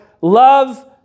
love